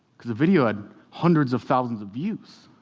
because the video had hundreds of thousands of views.